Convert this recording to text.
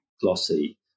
glossy